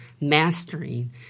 mastering